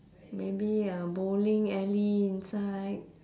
maybe a bowling alley inside